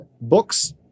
Books